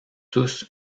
tous